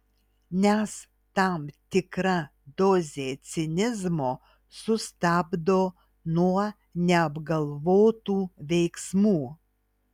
nes tam tikra dozė cinizmo sustabdo nuo neapgalvotų veiksmų